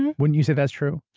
and wouldn't you say that's true?